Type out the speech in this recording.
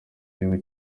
gihugu